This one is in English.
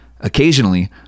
Occasionally